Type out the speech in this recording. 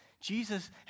Jesus